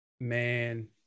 Man